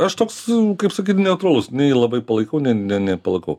aš toks kaip sakyt neutralus nei labai palaikau ne ne nepalaikau